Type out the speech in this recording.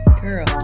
Girl